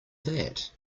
that